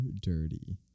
dirty